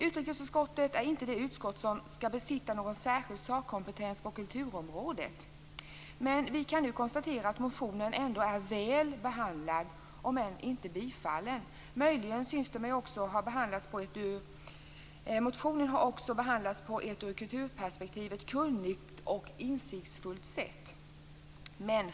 Utrikesutskottet är inte det utskott som skall besitta någon särskild sakkompetens på kulturområdet. Vi kan nu konstatera att motionen ändå är väl behandlad om än inte tillstyrkt. Möjligen synes den mig också ha behandlats på ett ur kulturperspektivet kunnigt och insiktsfullt sätt.